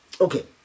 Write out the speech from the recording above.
Okay